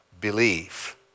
believe